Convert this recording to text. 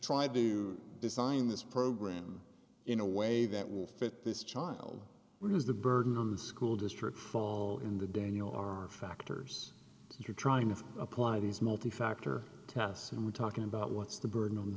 try to design this program in a way that will fit this child reduce the burden on the school district fall in the daniel are factors you're trying to apply these multi factor tasks and we're talking about what's the burden on the